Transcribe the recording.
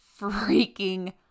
freaking